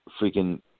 freaking